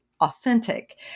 authentic